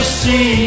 see